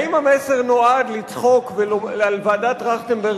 האם המסר נועד לצחוק על ועדת-טרכטנברג